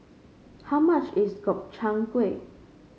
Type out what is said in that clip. how much is Gobchang Gui